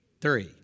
Three